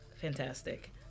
fantastic